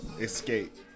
Escape